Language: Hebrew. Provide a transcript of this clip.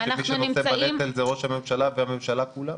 שמי שנושא בנטל זה ראש הממשלה והממשלה כולה.